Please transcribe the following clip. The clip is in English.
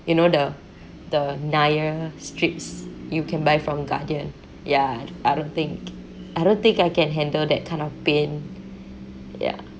you know the the nair strips you can buy from guardian ya I don't think I don't think I can handle that kind of pain ya